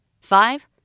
Five